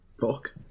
Fuck